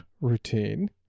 routine